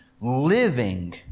living